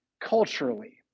culturally